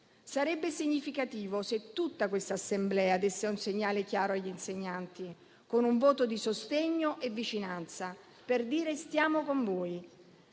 Sarebbe significativo se tutta quest'Assemblea desse un segnale chiaro agli insegnanti, con un voto di sostegno e vicinanza, per dire che siamo con voi,